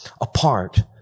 apart